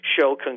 show